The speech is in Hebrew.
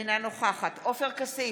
אינה נוכחת עופר כסיף,